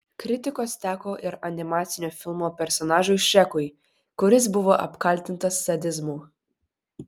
kritikos teko ir animacinio filmo personažui šrekui kuris buvo apkaltintas sadizmu